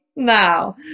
Now